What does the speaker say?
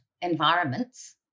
environments